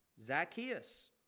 Zacchaeus